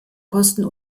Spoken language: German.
kosten